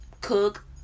cook